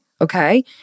okay